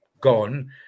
gone